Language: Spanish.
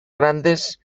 grandes